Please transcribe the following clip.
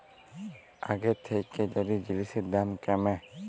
আগের থ্যাইকে যদি জিলিসের দাম ক্যমে